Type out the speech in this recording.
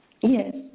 Yes